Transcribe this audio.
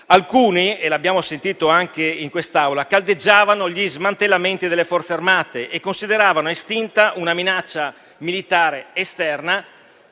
Alcuni - come abbiamo ascoltato anche in quest'Aula - caldeggiavano gli smantellamenti delle Forze armate e consideravano estinta una minaccia militare esterna.